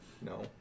No